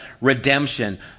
redemption